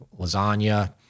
lasagna